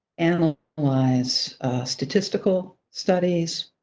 and ah analyze statistical studies,